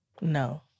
No